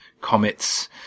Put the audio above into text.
comets